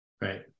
Right